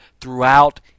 throughout